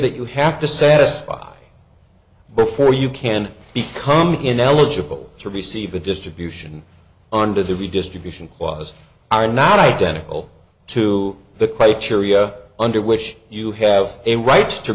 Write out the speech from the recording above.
that you have to satisfy before you can be coming in eligible to receive a distribution under the redistribution was are not identical to the quite ceria under which you have a right to